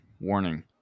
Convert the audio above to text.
Warning